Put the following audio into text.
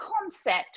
concept